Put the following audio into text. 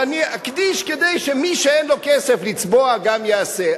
ואני אקדיש כדי שמי שאין לו כסף לצבוע גם יעשה.